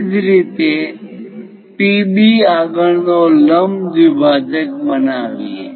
એ જ રીતે PB આગળ નો લંબ દ્વિભાજક બનાવીએ